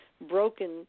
broken